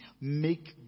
make